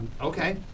Okay